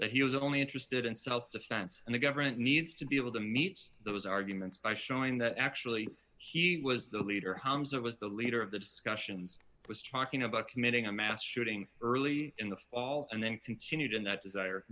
that he was only interested in self defense and the government needs to be able to meet those arguments by showing that actually he was the leader holmes or was the leader of the discussions was talking about committing a mass shooting early in the fall and then continued in that desire